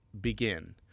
begin